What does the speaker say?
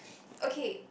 okay